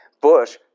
Bush